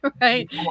Right